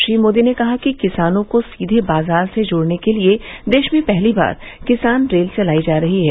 श्री मोदी ने कहा कि किसानों को सीधे बाजार से जोड़ने के लिए देश में पहली बार किसान रेल चलाई जा रही है